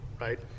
right